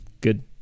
good